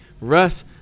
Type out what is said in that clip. Russ